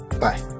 Bye